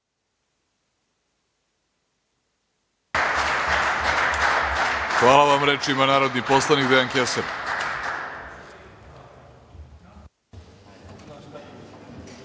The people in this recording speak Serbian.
Hvala vam. Reč ima narodni poslanik Dejan Kesar.